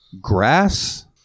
grass